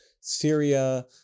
Syria